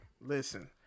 listen